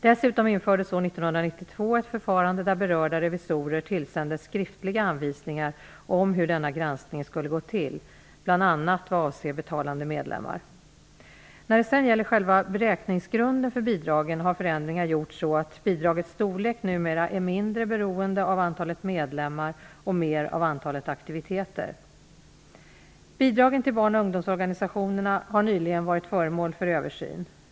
Dessutom infördes år 1992 ett förfarande där berörda revisorer tillsändes skriftliga anvisningar om hur denna granskning skulle gå till bl.a. vad avser betalande medlemmar. När det sedan gäller själva beräkningsgrunden för bidragen har förändringar gjorts så att bidragets storlek numera är mindre beroende av antalet medlemmar och mer av antalet aktiviteter. Bidragen till barn och ungdomsorganisationerna har nyligen varit föremål för översyn.